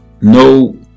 no